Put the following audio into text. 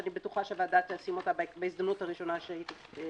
ואני בטוחה שהוועדה תשים אותה בהזדמנות הראשונה לאישור.